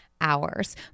hours